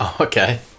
Okay